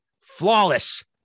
flawless